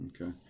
Okay